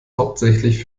hauptsächlich